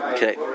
Okay